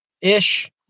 ish